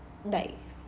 like